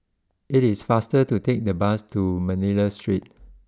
it is faster to take the bus to Manila Street